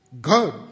God